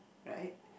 right